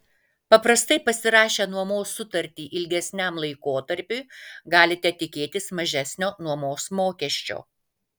paprastai pasirašę nuomos sutartį ilgesniam laikotarpiui galite tikėtis mažesnio nuomos mokesčio